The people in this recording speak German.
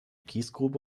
kiesgrube